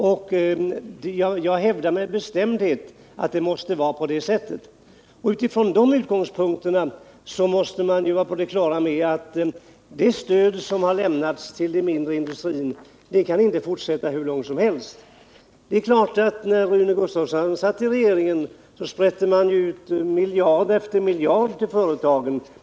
Och jag hävdar med bestämdhet att det måste vara på det sättet. Utifrån de utgångspunkterna måste man vara på det klara med att det stöd som lämnats till de mindre industrierna inte kan fortsätta att utgå hur länge som helst. Men det är klart att när Rune Gustavsson satt i regeringen sprätte man ut miljard efter miljard till företagen.